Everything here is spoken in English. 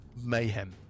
mayhem